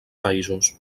països